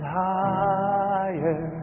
higher